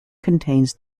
contains